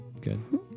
Good